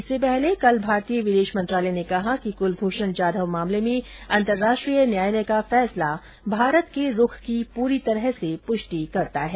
इससे पहले कल भारतीय विदेश मंत्रालय ने कहा कि कुलभूषण जाधव मामले में अंतरराष्ट्रीय न्यायालय का फैसला भारत के रूख की पूरी तरह से पूष्टि करता है